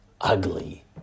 ugly